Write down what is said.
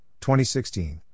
2016